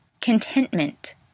Contentment